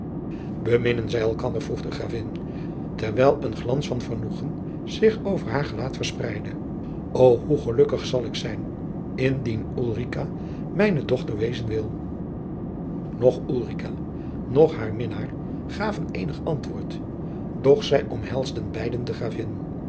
zij elkander vroeg de gravin terwijl een glans van vergenoegen zich over haar gelaat verspreidde o hoe gelukkig zal ik zijn indien ulrica mijne dochter wezen wil noch ulrica noch haar minnaar gaven eenig antwoord doch zij omhelsden beide de gravin